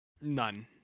none